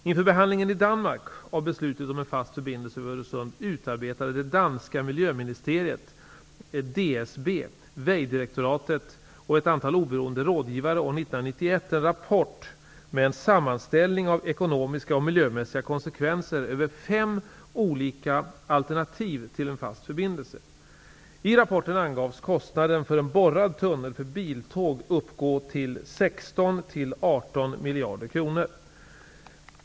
Inför behandlingen i Danmark av beslutet om en fast förbindelse över Öresund utarbetade det danska miljöministeriet, DSB, Vejdirektoratet och ett antal oberoende rådgivare år 1991 en rapport med en sammanställning av ekonomiska och miljömässiga konsekvenser över fem olika alternativ till en fast förbindelse. I rapporten angavs kostnaden för en borrad tunnel för biltåg uppgå till 16--18 miljarder kronor.